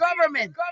government